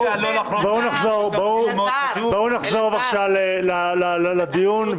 בואו נחזור בבקשה לדיון,